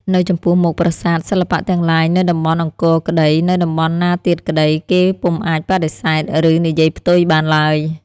នៅចំពោះមុខ ប្រាសាទ សិល្បៈទាំងឡាយនៅតំបន់អង្គរក្តី នៅតំបន់ណាទៀតក្តី គេពុំអាចបដិសេធ ឬនិយាយផ្ទុយបានឡើយ។